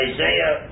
Isaiah